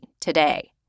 today